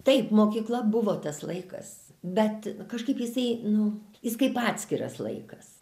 taip mokykla buvo tas laikas bet kažkaip jisai nu jis kaip atskiras laikas